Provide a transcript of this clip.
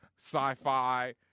sci-fi